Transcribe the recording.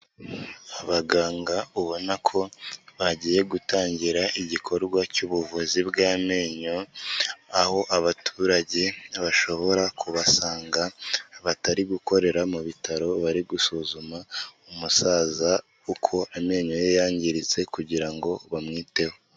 Abaganga ubona ko bagiye gutangira igikorwa cy'ubuvuzi bw'amenyo aho abaturage bashobora kubasanga, batari gukorera mu bitaro, bari gusuzuma umusaza uko amenyo ye yangiritse kugira ngo bamwiteho.